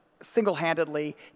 single-handedly